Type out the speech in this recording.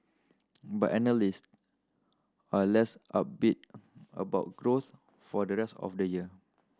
but analyst are less upbeat about growth for the rest of the year